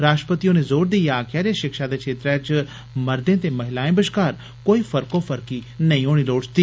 राष्ट्रपति होरें जोर देइयै आक्खेआ जे शिक्षा दे क्षेत्रै च मर्दे ते महिलाएं बश्कार कोई फर्कोफर्की नेईं होनी लोड़चदी